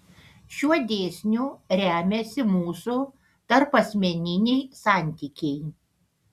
šiuo dėsniu remiasi mūsų tarpasmeniniai santykiai